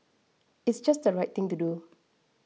it's just the right thing to do